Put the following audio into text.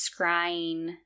scrying